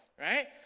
right